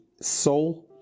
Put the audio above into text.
soul